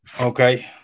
Okay